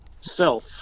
self